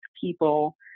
people